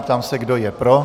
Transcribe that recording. Ptám se, kdo je pro.